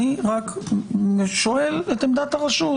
אני רק שואל את עמדת הרשות